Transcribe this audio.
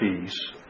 Peace